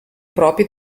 propri